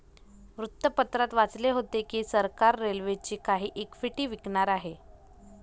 वृत्तपत्रात वाचले होते की सरकार रेल्वेची काही इक्विटी विकणार आहे